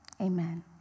amen